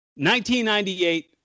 1998